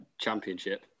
championship